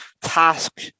task